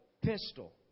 pistol